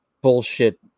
bullshit